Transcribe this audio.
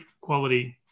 quality